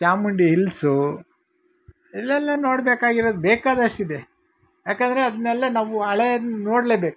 Chamundi hills ಇಲ್ಲೆಲ್ಲ ನೋಡ್ಬೇಕಾಗಿರೋದು ಬೇಕಾದಷ್ಟಿದೆ ಯಾಕಂದರೆ ಅದನ್ನೆಲ್ಲ ನಾವು ಹಳೇದ್ ನೋಡಲೇಬೇಕು